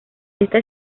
esta